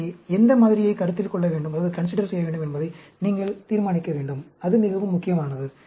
எனவே எந்த மாதிரியைக் கருத்தில் கொள்ள வேண்டும் என்பதை நீங்கள் தீர்மானிக்க வேண்டும் அது மிகவும் முக்கியமானது